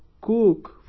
Cook